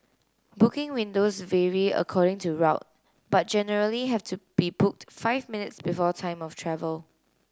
booking windows vary according to route but generally have to be booked five minutes before time of travel